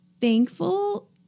thankful